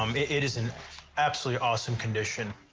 um it is in absolutely awesome condition.